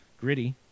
gritty